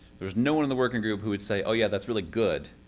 there no one in the working group who would say. oh yeah. that's really good.